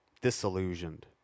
disillusioned